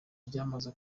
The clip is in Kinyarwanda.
ryamaze